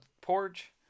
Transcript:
porch